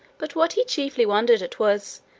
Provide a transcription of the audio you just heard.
but what he chiefly wondered at was,